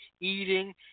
eating